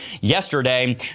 yesterday